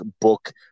book